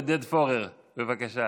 בזמן הקרוב,